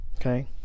Okay